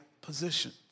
position